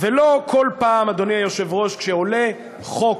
ולא בכל פעם, אדוני היושב-ראש, כשעולה חוק